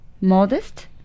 modest